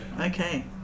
okay